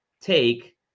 take